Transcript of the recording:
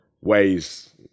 ways